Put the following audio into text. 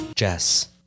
Jess